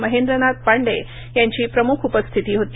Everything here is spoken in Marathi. महेंद्र नाथ पांडे यांची प्रमुख उपस्थिती होती